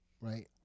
Right